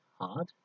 hard